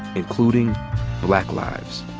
including black lives.